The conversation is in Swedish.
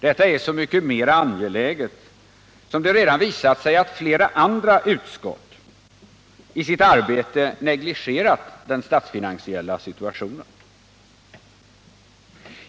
Det är så mycket mer angeläget som det redan visat sig att flera andra utskott i sitt arbete negligerat den statsfinansiella situationen.